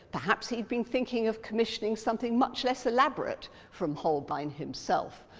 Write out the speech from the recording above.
perhaps he'd been thinking of commissioning something much less elaborate from holbein, himself.